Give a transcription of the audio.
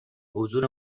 حضور